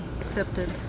accepted